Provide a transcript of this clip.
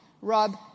rob